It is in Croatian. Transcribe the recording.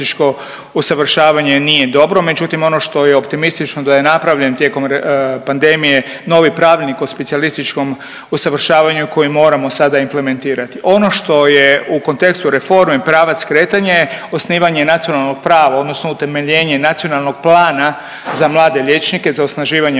usavršavanje nije dobro, međutim ono što je optimistično da je napravljen tijekom pandemije novi pravilnik o specijalističkom usavršavanju koji moramo sada implementirati. Ono što je u kontekstu reforme pravac kretanja je osnivanje nacionalnog prava, odnosno utemeljenje nacionalnog plana za mlade liječnike, za osnaživanje